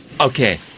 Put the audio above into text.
Okay